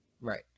Right